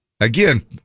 Again